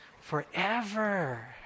Forever